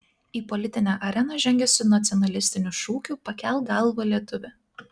į politinę areną žengia su nacionalistiniu šūkiu pakelk galvą lietuvi